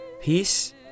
Peace